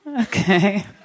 okay